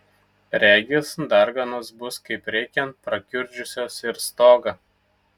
regis darganos bus kaip reikiant prakiurdžiusios ir stogą